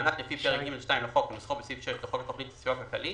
מענק לפי פרק ג3 לחוק כנוסחו בסעיף 6 לחוק התכנית לסיוע כלכלי